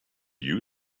you